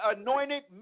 anointed